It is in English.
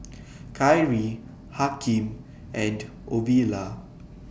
Kyree Hakim and Ovila